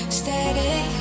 static